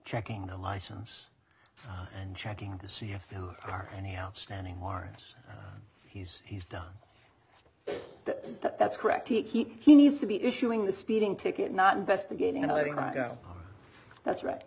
checking the license and checking to see if there are any outstanding warrants he's he's done that that's correct he he needs to be issuing the speeding ticket not investigating and i think that's right